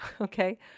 okay